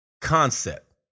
concept